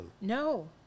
No